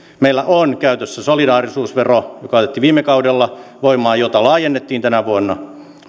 meillä on käytössä solidaarisuusvero joka otettiin viime kaudella käyttöön ja jota laajennettiin tänä vuonna